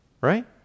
Right